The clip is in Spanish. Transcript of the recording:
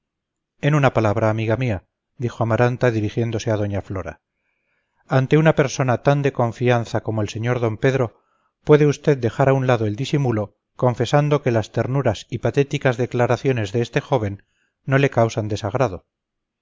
en una palabra amiga mía dijo amaranta dirigiéndose a doña flora ante una persona tan de confianza como el sr d pedro puede usted dejar a un lado el disimulo confesando que las ternuras y patéticas declaraciones de este joven no le causan desagrado